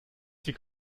die